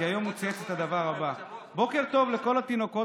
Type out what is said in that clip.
כי היום הוא צייץ את הציוץ הבא: בוקר טוב לכל התינוקות